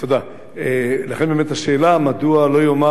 לכן, באמת השאלה, מדוע לא יאמר כבוד השר